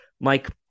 Mike